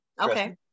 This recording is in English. okay